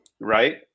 Right